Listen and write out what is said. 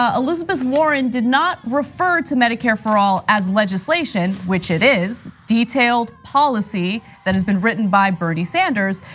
ah elizabeth warren did not refer to medicare for all as legislation, which it is, detailed policy that has been written by bernie sanders.